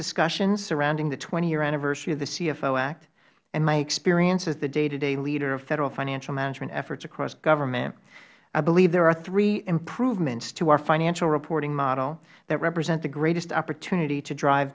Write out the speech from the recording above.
discussions surrounding the twenty year anniversary of the cfo act and my experience as the day to day leader of federal financial management efforts across government i believe there are three improvements to our financial reporting model that represent the greatest opportunity to drive